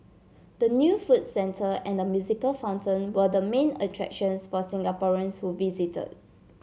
the new food centre and the musical fountain were the main attractions for Singaporeans who visited